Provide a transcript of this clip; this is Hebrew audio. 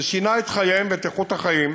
ששינה את החיים ואת איכות החיים